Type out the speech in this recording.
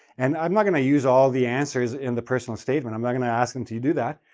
and i'm not going to use all the answers in the personal statement, i'm not going to ask them to do that,